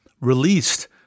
released